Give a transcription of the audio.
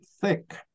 thick